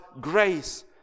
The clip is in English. grace